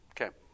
Okay